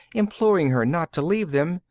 imploring her not to leave them,